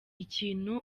ikintu